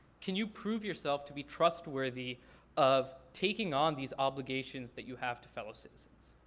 can you prove yourself to be trustworthy of taking on these obligations that you have to fellow citizens?